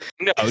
no